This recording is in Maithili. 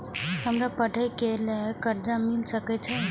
हमरा पढ़े के लेल कर्जा मिल सके छे?